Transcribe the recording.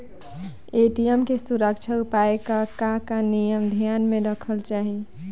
ATM के सुरक्षा उपाय के का का नियम ध्यान में रखे के चाहीं?